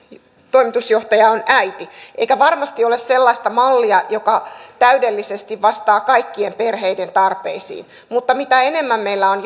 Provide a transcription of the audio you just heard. toimitusjohtaja on äiti eikä varmasti ole sellaista mallia joka täydellisesti vastaa kaikkien perheiden tarpeisiin mutta mitä enemmän meillä on